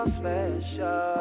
special